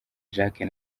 jacques